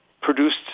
produced